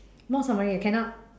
not summary ah cannot